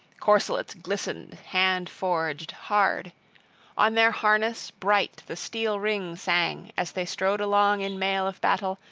corselets glistened hand-forged, hard on their harness bright the steel ring sang, as they strode along in mail of battle,